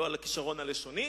לא על הכשרון הלשוני